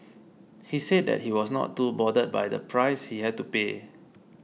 he said that he was not too bothered by the price he had to pay